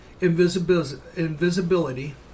invisibility